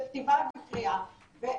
של קריאה וכתיבה.